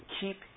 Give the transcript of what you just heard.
Keep